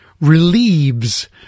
relieves